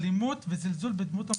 אלימות וזלזול בדמות האב.